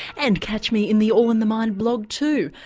and catch me in the all in the mind blog too,